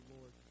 Lord